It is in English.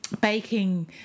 baking